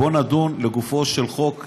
בואו נדון לגופו של החוק,